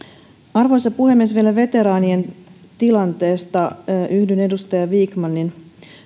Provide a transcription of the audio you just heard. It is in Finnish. arvoisa puhemies vielä veteraanien tilanteesta yhdyn edustaja vikmanin